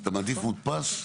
אתה מעדיף מודפס?